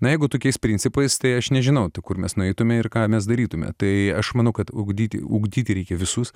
jeigu tokiais principais tai aš nežinau kur mes nueitumėme ir ką mes darytumėme tai aš manau kad ugdyti ugdyti reikia visus